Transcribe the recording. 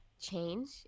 change